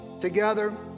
together